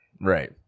Right